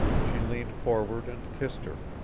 she leaned forward and kissed her.